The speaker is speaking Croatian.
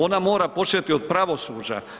Ona mora početi od pravosuđa.